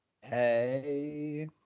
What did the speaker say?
Hey